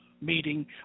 meeting